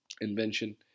Invention